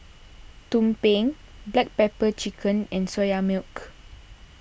Tumpeng Black Pepper Chicken and Soya Milk